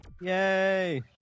Yay